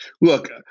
Look